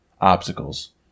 obstacles